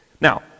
Now